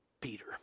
Peter